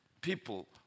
people